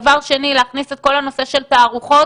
דבר שני, להכניס את כל הנושא של תערוכות